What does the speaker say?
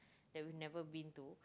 that we've never been to